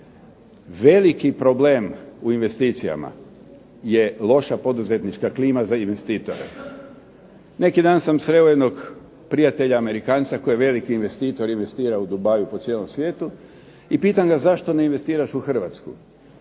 Veliki problem u investicijama je loša poduzetnička klima za investitore. Neki dan sam sreo jednog prijatelja Amerikanca koji je veliki investitor. Investira u Dubaiu i po cijelom svijetu i pitam ga zašto ne investiraš u Hrvatsku.